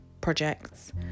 projects